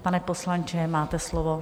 Pane poslanče, máte slovo.